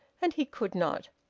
and he could not.